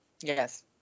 yes